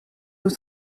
nos